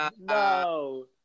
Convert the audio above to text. No